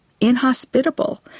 inhospitable